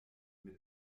mit